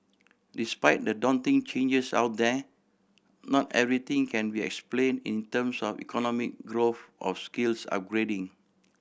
despite the daunting changes out there not everything can be explain in terms of economic growth or skills upgrading